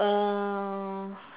um